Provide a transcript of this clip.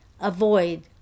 Avoid